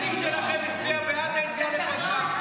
נציג שלכם הצביע בעד היציאה לפגרה.